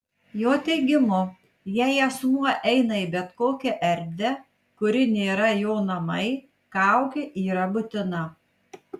jo teigimu jei asmuo eina į bet kokią erdvę kuri nėra jo namai kaukė yra būtina